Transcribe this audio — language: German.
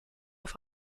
auf